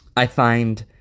i find